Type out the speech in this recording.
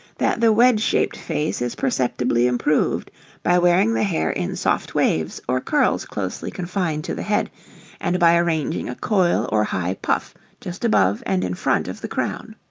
that the wedge-shaped face is perceptibly improved by wearing the hair in soft waves, or curls closely confined to the head and by arranging a coil or high puff just above and in front of the crown.